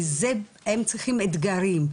כי הם צריכים אתגרים.